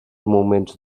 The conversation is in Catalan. moments